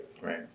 right